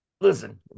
listen